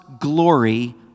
glory